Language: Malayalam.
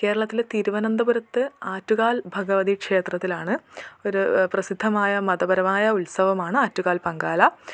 കേരളത്തിലെ തിരുവന്തപുരത്ത് ആറ്റുകാൽ ഭഗവതി ക്ഷേത്രത്തിലാണ് ഒരു പ്രസിദ്ധമായ മതപരമായ ഉത്സവമാണ് ആറ്റുകാൽ പൊങ്കാല